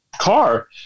car